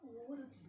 எவ்ளோச்சு:evlochu